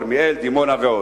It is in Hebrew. כרמיאל ודימונה.